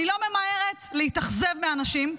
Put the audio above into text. אני לא ממהרת להתאכזב מאנשים,